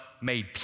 made